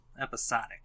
episodic